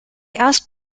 asked